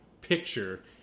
picture